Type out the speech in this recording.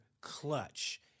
clutch